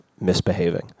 Misbehaving